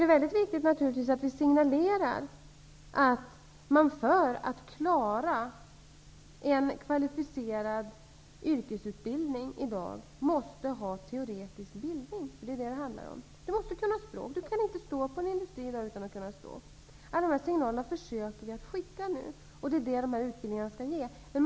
Det är naturligtvis väldigt viktigt att signalera att man för att klara en kvalificerad yrkesutbildning måste ha teoretisk bildning. Det är vad det handlar om. Man kan inte jobba i en industri utan att kunna språk. Vi försöker nu att skicka ut alla dessa signaler.